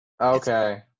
okay